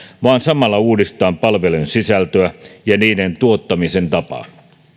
vaan samalla uudistetaan palvelujen sisältöä ja niiden tuottamisen tapaa